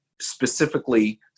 specifically